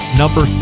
number